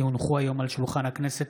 כי הונחו היום על שולחן הכנסת,